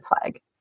flag